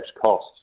cost